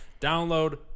download